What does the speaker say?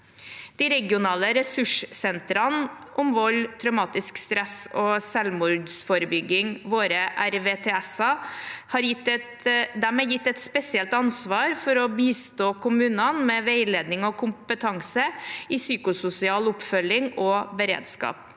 De regionale ressurssentrene om vold, traumatisk stress og selvmordsforebygging, RVTS ene, er gitt et spesielt ansvar for å bistå kommunene med veiledning og kompetanse i psykososial oppfølging og beredskap.